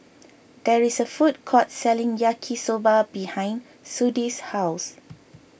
there is a food court selling Yaki Soba behind Sudie's house